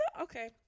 okay